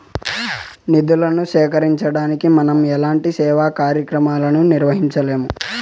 నిధులను సేకరించకుండా మనం ఎలాంటి సేవా కార్యక్రమాలను నిర్వహించలేము